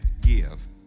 give